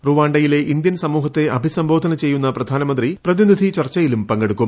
റുവാണ്ടയിലെ Indian സമൂഹത്തെ അഭിസംബോധന ചെയ്യുന്ന പ്രധാനമന്ത്രി പ്രതിനിധി ചർച്ചയിലും പങ്കെടുക്കും